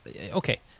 okay